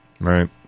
Right